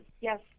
Yes